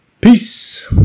Peace